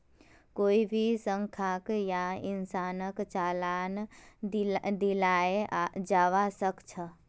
कोई भी संस्थाक या इंसानक चालान दियाल जबा सख छ